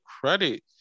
credit